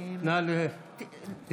בעד